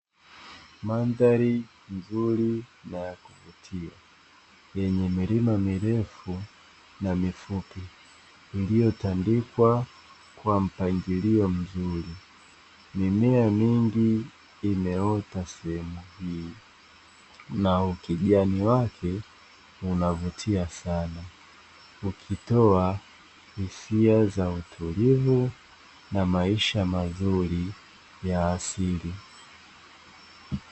Mandhari nzuri na ya kuvutia yenye milima mirefu na mifupi, iliyotandikwa kwa mpangilio mzuri. Mimea mingi imeota sehemu hii, na ukijani wake unavutia sana, ukitoa hisia za utulivu na maisha mazuri ya asili.